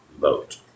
vote